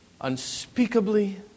unspeakably